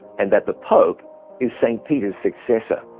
and that the pope is st. peter's successor.